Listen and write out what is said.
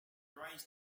rise